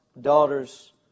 daughters